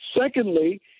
Secondly